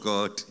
God